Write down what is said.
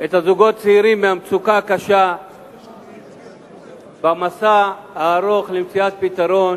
את הזוגות הצעירים מהמצוקה הקשה במסע הארוך למציאת פתרון